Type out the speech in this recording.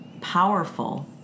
powerful